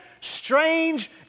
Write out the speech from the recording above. strange